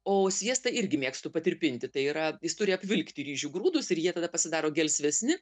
o sviestą irgi mėgstu patirpinti tai yra jis turi apvilkti ryžių grūdus ir jie tada pasidaro gelsvesni